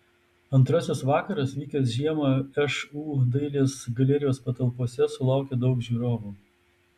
antrasis vakaras vykęs žiemą šu dailės galerijos patalpose sulaukė daug žiūrovų